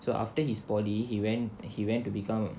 so after his polytechnic he went he went to become a